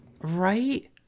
right